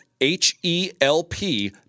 H-E-L-P